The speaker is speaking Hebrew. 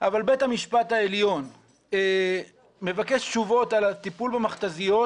אבל בית המשפט העליון מבקש תשובות על הטיפול במכת"זיות